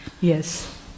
Yes